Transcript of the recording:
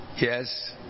Yes